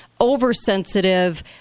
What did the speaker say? oversensitive